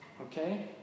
Okay